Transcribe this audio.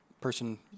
Person